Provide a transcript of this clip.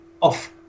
off